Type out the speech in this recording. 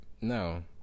No